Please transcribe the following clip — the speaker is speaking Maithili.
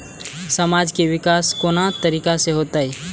समाज के विकास कोन तरीका से होते?